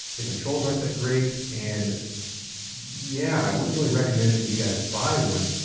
the controls aren't that great, and yeah, i wouldn't really recommend that you guys buy one,